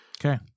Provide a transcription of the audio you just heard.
Okay